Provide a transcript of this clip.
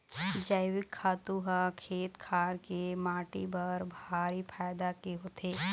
जइविक खातू ह खेत खार के माटी बर भारी फायदा के होथे